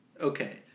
Okay